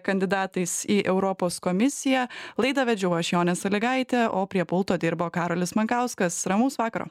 kandidatais į europos komisiją laidą vedžiau aš jonė salygaitė o prie pulto dirbo karolis mankauskas ramaus vakaro